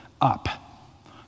up